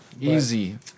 easy